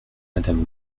madame